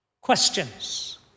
Questions